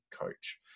coach